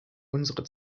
unsere